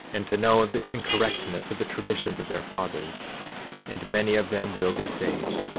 and to know of the incorrectness of the traditions of their fathers and many of them will be saved,